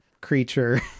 creature